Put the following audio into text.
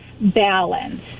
balance